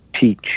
teach